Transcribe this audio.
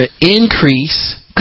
increase